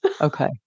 okay